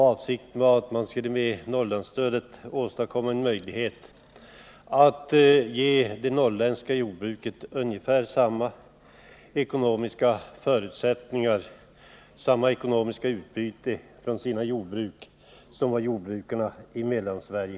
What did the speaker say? Avsikten var att man med Norrlandsstödet skulle ge det norrländska jordbruket ungefär samma ekonomiska förutsättningar som jordbruket i Mellansverige.